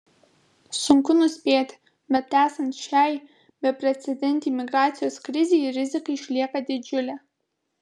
sunku nuspėti bet esant šiai beprecedentei migracijos krizei rizika išlieka didžiulė